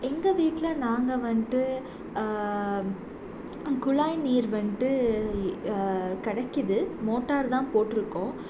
எங்கள் வீட்டில் நாங்கள் வந்துட்டு குழாய் நீர் வந்துட்டு கிடைக்கிது மோட்டார் தான் போட்டிருக்கோம்